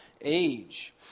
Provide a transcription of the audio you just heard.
age